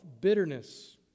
bitterness